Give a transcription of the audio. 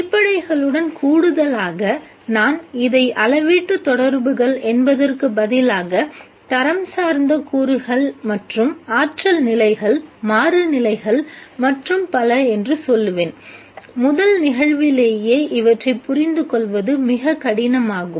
அடிப்படைகளுடன் கூடுதலாக நான் இதை அளவீட்டு தொடர்புகள் என்பதற்கு பதிலாக தரம் சார்ந்த கூறுகள் மற்றும் ஆற்றல் நிலைகள் மாறுநிலைகள் மற்றும் பல என்று சொல்லுவேன் முதல் நிகழ்விலேயே இவற்றை புரிந்துகொள்வது மிகக் கடினமாகும்